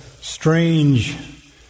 strange